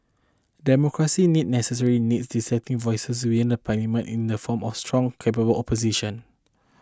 democracy needs necessarily needs dissenting voices within Parliament in the form of a strong capable opposition